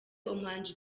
umuhanzi